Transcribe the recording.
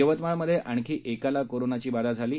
यवतमाळ मध्ये आणखी एकाला कोरोनाची बाधा झाली आहे